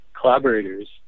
collaborators